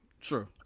True